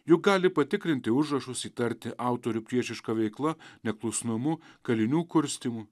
juk gali patikrinti užrašus įtarti autorių priešiška veikla neklusnumu kalinių kurstymu